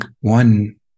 one